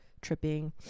tripping